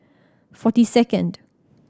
forty second